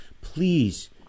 please